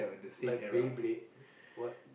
like Beyblade what